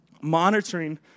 Monitoring